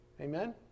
Amen